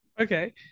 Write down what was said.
Okay